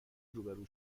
روبرو